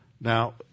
Now